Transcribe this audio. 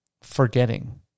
forgetting